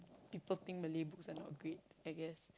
people think Malay books are not great I guess